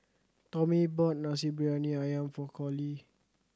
Tommy bought Nasi Briyani Ayam for Collie